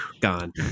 gone